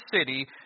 city